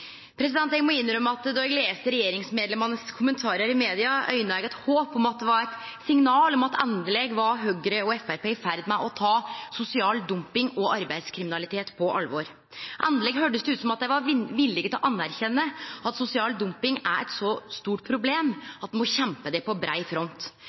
Eg må innrømme at då eg las regjeringsmedlemmanes kommentarar i media, fekk eg eit håp om at det var eit signal om at Høgre og Framstegspartiet endeleg var i ferd med å ta sosial dumping og arbeidslivskriminalitet på alvor. Endeleg høyrdest det ut som om dei var villige til å stadfeste at sosial dumping er eit så stort problem at ein må kjempe mot det på brei front.